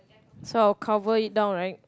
so I'll cover it down right